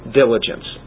diligence